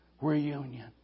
Reunion